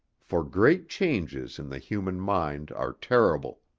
for great changes in the human mind are terrible.